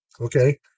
Okay